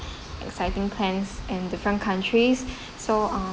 exciting plans and different countries so uh